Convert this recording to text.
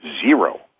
Zero